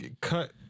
cut